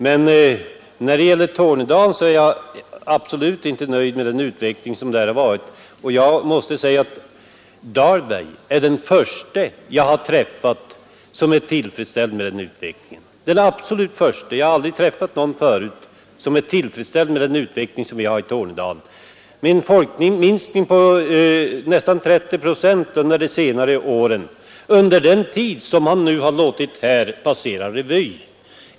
Men när det gäller Tornedalen är jag absolut inte nöjd med den utveckling som skett, och jag måste säga att herr Dahlberg är den absolut förste jag har träffat som är tillfredsställd med den utvecklingen. Jag har aldrig träffat någon förut som är tillfredsställd med utvecklingen i Tornedalen, som ju bl.a. kännetecknas av en befolkningsminskning på nästan 30 procent under senare år — alltså under den tid som herr Dahlberg här låtit passera revy.